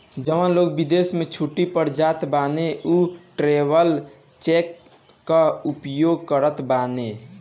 जवन लोग विदेश में छुट्टी पअ जात बाने उ ट्रैवलर चेक कअ उपयोग करत बाने